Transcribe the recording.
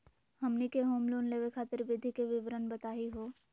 हमनी के home loan लेवे खातीर विधि के विवरण बताही हो?